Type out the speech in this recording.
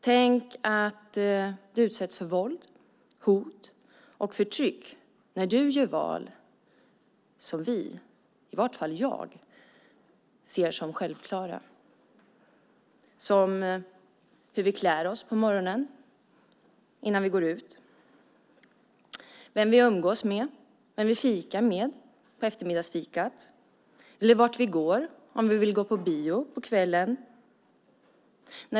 Tänk att du utsätts för våld, hot och förtryck när du gör val som vi, i vart fall jag, ser som självklara, till exempel hur vi klär oss på morgonen innan vi går ut, vem vi umgås med, vem vi fikar med på eftermiddagsfikat eller vart vi går om vi vill gå på bio på kvällen.